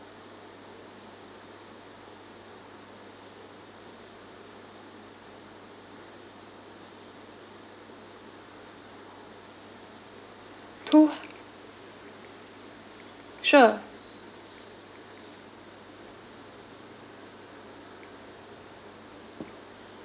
two sure